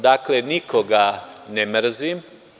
Dakle, nikoga ne mrzim.